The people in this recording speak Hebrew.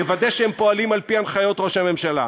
יוודא שהם פועלים על-פי הנחיות ראש הממשלה.